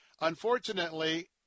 Unfortunately